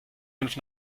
fünf